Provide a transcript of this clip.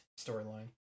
storyline